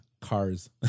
cars